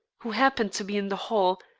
who happened to be in the hall,